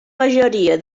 majoria